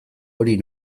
hori